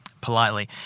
politely